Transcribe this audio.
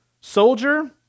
Soldier